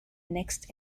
next